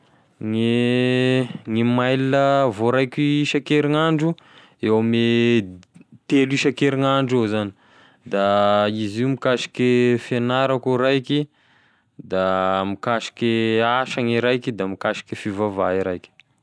Gne gne mail voaraiko isankerignandro eo ame telo isankerignandro eo zany, izy io mikasike fiagnarako e raiky, mikasike asa gne raiky da mikasike fivavaha e raiky.